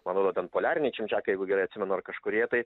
man atrodo ten poliariniai čimčiakai jeigu gerai atsimenu ar kažkurie tai